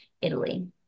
Italy